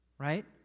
Right